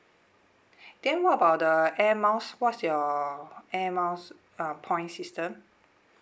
then what about the air miles what's your air miles uh points system